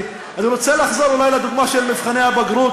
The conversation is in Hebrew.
אני רוצה לחזור לדוגמה של מבחני הבגרות,